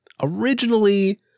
Originally